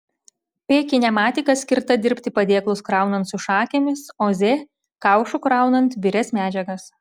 p kinematika skirta dirbti padėklus kraunant su šakėmis o z kaušu kraunant birias medžiagas